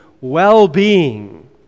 well-being